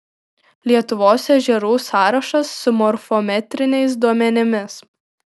lietuvos ežerų sąrašas su morfometriniais duomenimis